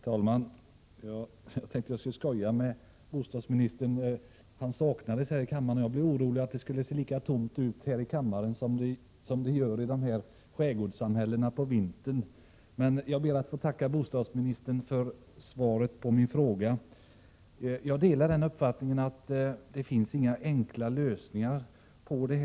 Herr talman! Jag tänkte först skoja med bostadsministern. Han saknades här i kammaren, och jag blev orolig att det skulle se lika tomt ut i kammaren som det gör i dessa skärgårdssamhällen på vintern. Jag ber att få tacka bostadsministern för svaret på min fråga. Jag delar uppfattningen att det inte finns någon enkel lösning på detta.